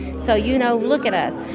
so, you know, look at us.